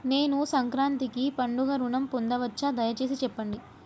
నేను సంక్రాంతికి పండుగ ఋణం పొందవచ్చా? దయచేసి చెప్పండి?